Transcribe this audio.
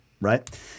Right